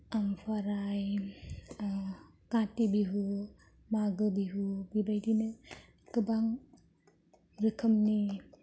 ओमफाराय काति बिहु मागो बिहु बेबायदिनो गोबां रोखोमनि